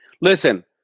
Listen